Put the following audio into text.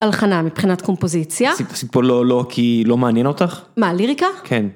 הלחנה מבחינת קומפוזיציה - סיפור לא לא כי לא מעניין אותך? - מה, ליריקה? - כן.